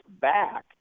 back